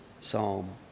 psalm